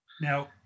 Now